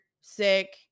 sick